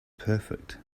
perfect